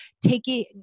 taking